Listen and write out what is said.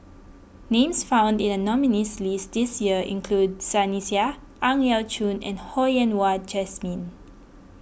names found in the nominees' list this year include Sunny Sia Ang Yau Choon and Ho Yen Wah Jesmine